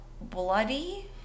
bloody